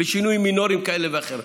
בשינויים מינוריים כאלה ואחרים.